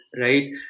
right